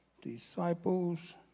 disciples